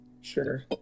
Sure